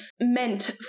meant